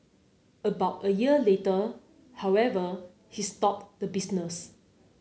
about a year later however he stopped the business